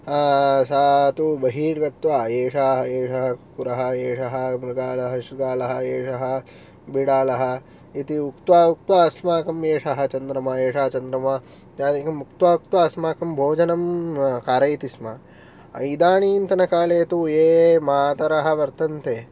सा तु बहिर्गत्वा एषा एषः पुरः एषः मृगालः शृगालः एषः बिडालः इति उक्त्वा उक्त्वा अस्माकं एषः चन्द्रमा एषा चन्द्रमा इत्यादिकं उक्त्वा उक्त्वा अस्माकं भोजनं कारयति स्म इदानीन्तनकाले तु ये मातरः वर्तन्ते